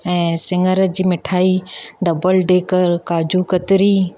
ऐं सिङर जी मिठाई डबल डेकर काजू कतली